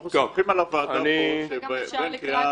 אנחנו סומכים על הוועדה שבין קריאה